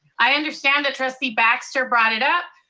i understand that trustee baxter brought it up.